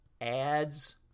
adds